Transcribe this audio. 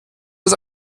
das